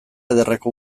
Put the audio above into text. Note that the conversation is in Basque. ederreko